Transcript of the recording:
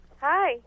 Hi